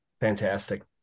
Fantastic